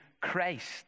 Christ